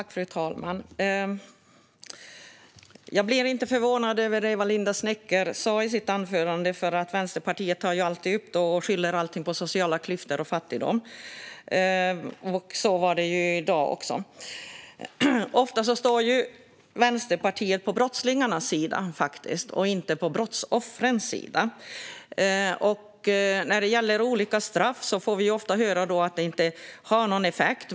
Fru talman! Jag blev inte förvånad över det Linda Snecker sa i sitt anförande eftersom Vänsterpartiet alltid skyller allt på sociala klyftor och fattigdom. Så var det också i dag. Ofta står Vänsterpartiet på brottslingarnas sida, inte på brottsoffrens. Vi får ofta höra att straff inte har någon effekt.